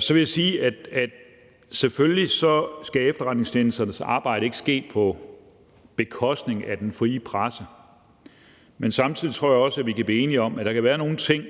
Så vil jeg sige, at selvfølgelig skal efterretningstjenesternes arbejde ikke ske på bekostning af den frie presse, men samtidig tror jeg også, at vi kan blive enige om, at der kan være nogle ting,